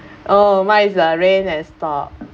oh mine is the rain has stopped